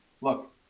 look